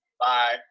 Bye